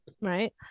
right